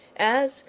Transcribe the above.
as,